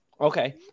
okay